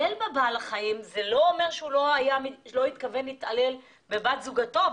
בבעל החיים ויכול להיות שהוא התכוון להתעלל גם בבת זוגו.